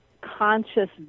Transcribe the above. conscious